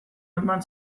eman